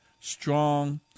strong